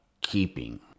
keeping